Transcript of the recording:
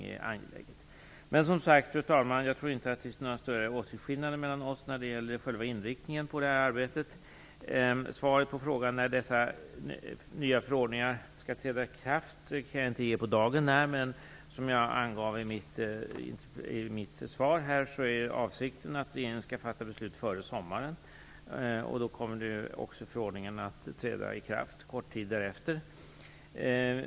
Jag tror, fru talman, alltså inte att det finns några större åsiktsskillnader mellan oss när det gäller själva inriktningen av det här arbetet. Svaret på frågan om när de nya förordningarna skall träda i kraft kan jag inte ge på dagen när, men som jag angav i mitt svar är avsikten att regeringen skall fatta beslut före sommaren. Förordningen kommer också att träda i kraft kort tid därefter.